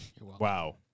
Wow